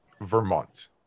Vermont